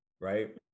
right